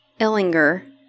Illinger